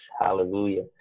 hallelujah